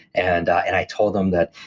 and i told him that,